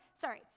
sorry